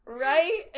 right